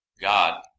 God